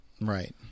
Right